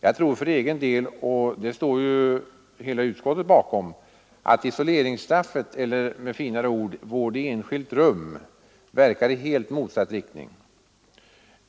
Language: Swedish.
Jag tror för egen del — och det står ju hela utskottet bakom — att isoleringsstraffet, eller med finare ord ”vård i enskilt rum”, verkar i helt motsatt riktning.